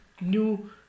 new